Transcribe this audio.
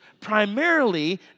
primarily